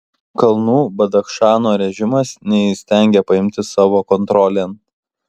kalnų badachšano režimas neįstengia paimti savo kontrolėn